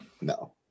No